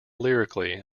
lyrically